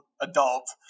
adult